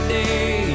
day